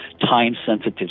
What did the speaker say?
time-sensitive